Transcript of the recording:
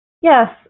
Yes